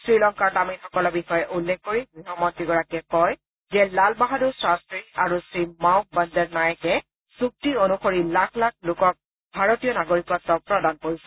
শ্ৰীলংকাৰ তামিলসকলৰ বিষয়ে উল্লেখ কৰি গৃহমন্ত্ৰীগৰাকীয়ে কয় যে লাল বাহাদুৰ শাস্ত্ৰী আৰু শ্ৰী মাও বন্দৰনায়কে চুক্তি অনুসৰি লাখ লাখ লোকক ভাৰতীয় নাগৰিকত্ব প্ৰদান কৰা হৈছিল